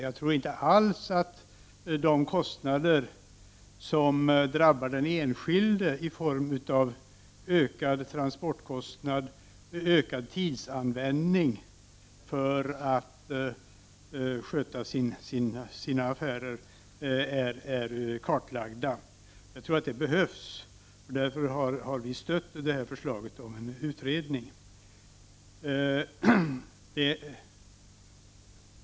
Jag tror inte alls att de kostnader som drabbar den enskilde i form av ökade transportkostnader och ökad tidsanvändning för att sköta sina affärer är kartlagda. Jag tror att det behövs en utredning. Därför har vi stött förslaget om en utredning.